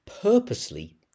purposely